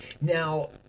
Now